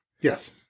Yes